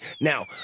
Now